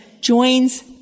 joins